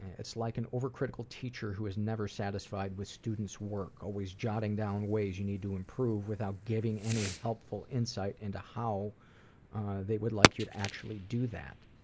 it's like an over critical teacher who is never satisfied with students' work always jotting down ways you need to improve without giving any helpful insights into how they would like you to actually do that.